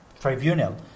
tribunal